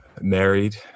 married